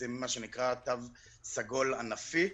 עושים מה שנקרא תו סגול ענפי.